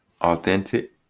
authentic